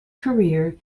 career